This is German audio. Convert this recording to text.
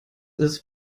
ist